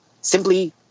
simply